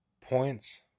points